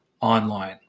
online